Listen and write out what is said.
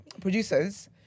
producers